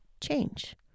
change